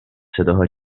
صداها